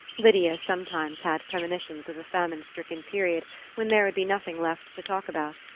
lydia sometimes had premonitions of a famine-stricken period when there would be nothing left to talk about,